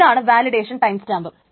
ഇതാണ് validation timestamp